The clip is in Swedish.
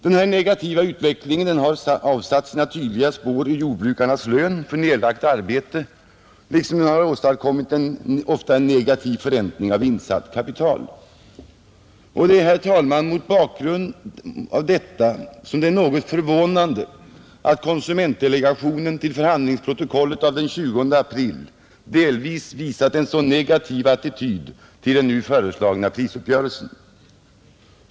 Denna negativa utveckling har avsatt sina tydliga spår i jordbrukarnas lön för deras arbete liksom den åstadkommit en ofta negativ förräntning av insatt kapital. Mot bakgrunden härav, herr talman, är det något förvånande att konsumentdelegationen i förhandlingsprotokollet av den 20 april delvis visat en så negativ attityd till den föreslagna prisuppgörelsen.